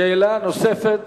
שאלה נוספת